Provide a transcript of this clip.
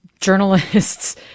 journalists